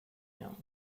him